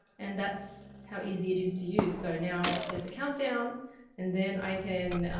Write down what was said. and that's how easy it is to use. so now there's a countdown and then i can,